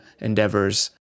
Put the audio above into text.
endeavors